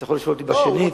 תוכל לשאול אותי שנית.